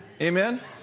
Amen